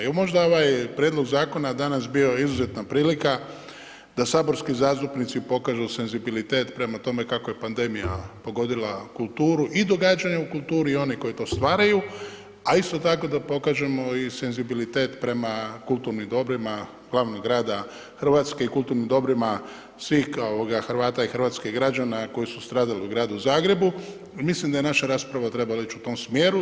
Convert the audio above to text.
I možda je ovaj prijedlog zakona danas bio izuzetna prilika da saborski zastupnici pokažu senzibilitet prema tome kako je pandemija pogodila kulturu i događanja u kulturi i one koji to stvaraju, a isto tako da pokažemo i senzibilitet prema kulturnim dobrima glavnog grada Hrvatske i kulturnim dobrima svih Hrvata i hrvatskih građana koji su stradali u Gradu Zagrebu i mislim da je naša rasprava trebala ići u tom smjeru.